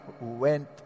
went